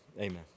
amen